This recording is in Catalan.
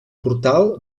portal